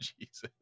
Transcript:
Jesus